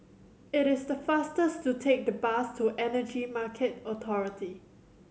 it is faster to take the bus to Energy Market Authority